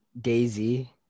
Daisy